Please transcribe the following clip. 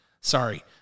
sorry